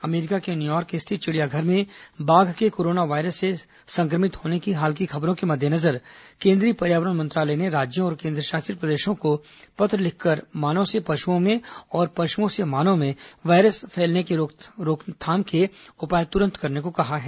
America के New York स्थित चिड़ियाघर में बाघ के कोरोना वायरस से संक्रमित होने की हाल की खबरों के मद्देनजर केंद्रीय पर्यावरण मंत्रालय ने राज्यों और केंद्रशासित प्रदेशों को पत्र लिखकर मानव से पशुओं में और पशुओं से मानव में वायरस फैलने से रोकने के उपाय तुरंत करने को कहा है